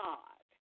God